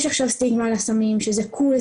יש עכשיו סטיגמה על הסמים שזה קול,